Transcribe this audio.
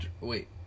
wait